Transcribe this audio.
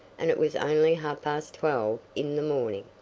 and it was only half-past twelve in the morning.